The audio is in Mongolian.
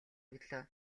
өглөө